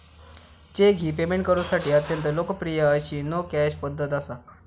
check ही payment करुसाठी अत्यंत लोकप्रिय अशी नो कॅश पध्दत असा